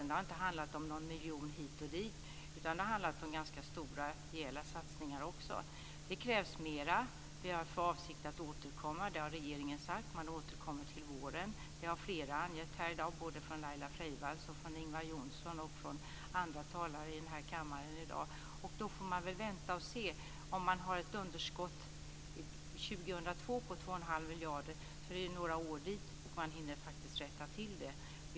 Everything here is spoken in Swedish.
Det har inte handlat om någon miljon här och där, utan det har också handlat om ganska stora och rejäla satsningar. Det krävs mera, och regeringen har sagt att den har för avsikt att återkomma till våren. Det har framhållits av Laila Man får väl vänta och se. Om det till 2002 beräknas ett underskott om 2 1⁄2 miljarder, hinner man faktiskt rätta till det, eftersom det är några år dit.